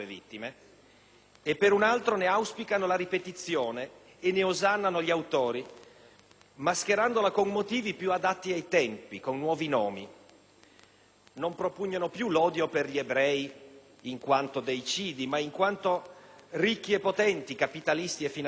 per un altro ne auspicano la ripetizione e ne osannano gli autori, mascherandola con motivi più adatti ai tempi, con nuovi nomi. Non propugnano più l'odio per gli ebrei in quanto deicidi, ma in quanto ricchi e potenti capitalisti e finanzieri;